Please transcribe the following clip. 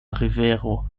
rivero